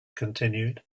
continued